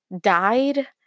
died